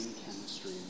chemistry